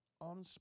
on